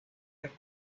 verde